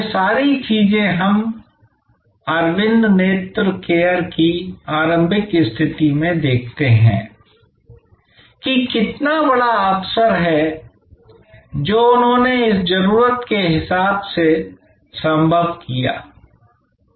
यह सारी चीजें हम अरविंद नेत्र केयर की आरंभिक स्थिति में देखते हैं की कितना बड़ा अवसर है जो उन्होंने अवसर पर नज़र रखी और जो आवश्यकता थी